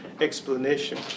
explanation